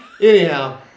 Anyhow